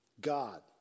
God